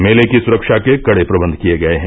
मेले की सुरक्षा के कड़े प्रबंध किए गये हैं